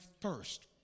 first